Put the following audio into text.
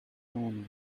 boner